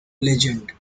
legend